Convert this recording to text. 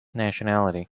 nationality